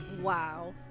wow